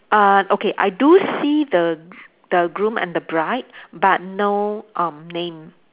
uh okay I do see the the groom and the bride but no um name